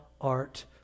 art